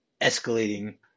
escalating